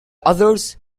others